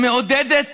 שמעודדת,